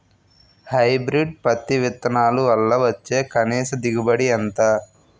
Hybrid పత్తి విత్తనాలు వల్ల వచ్చే కనీస దిగుబడి ఎంత?